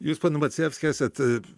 jūs pone macijevski esat